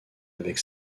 avec